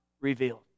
revealed